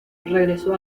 regresó